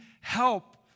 help